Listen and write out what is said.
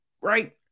Right